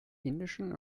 indischen